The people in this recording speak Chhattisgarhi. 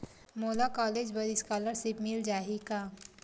मोला कॉलेज बर स्कालर्शिप मिल जाही का?